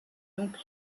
donc